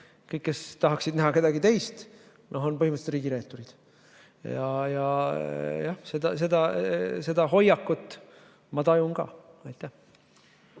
kõik, kes tahaksid näha kedagi teist, on põhimõtteliselt riigireeturid. Seda hoiakut ma tajun ka. Tarmo